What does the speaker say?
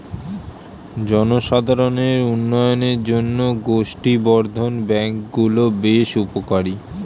জনসাধারণের উন্নয়নের জন্য গোষ্ঠী বর্ধন ব্যাঙ্ক গুলো বেশ উপকারী